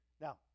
Now